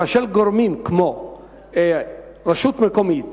כאשר גורמים כמו רשות מקומית